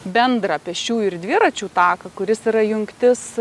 bendrą pėsčiųjų ir dviračių taką kuris yra jungtis